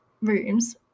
rooms